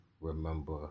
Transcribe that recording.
remember